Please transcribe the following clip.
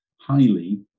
highly